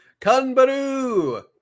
Kanbaru